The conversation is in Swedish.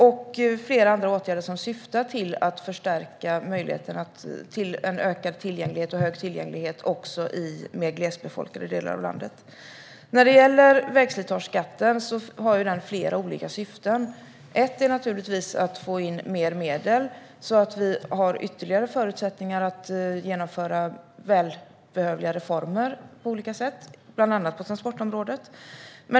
Vi har även flera andra åtgärder som syftar till att förstärka möjligheten till en ökad tillgänglighet och hög tillgänglighet också i mer glesbefolkade delar av landet. Vägslitageskatten har flera olika syften. Ett är naturligtvis att få in mer medel så att vi har ytterligare förutsättningar att genomföra välbehövliga reformer, bland annat på transportområdet.